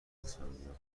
اسفندیار